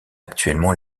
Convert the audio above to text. actuellement